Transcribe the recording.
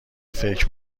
فکر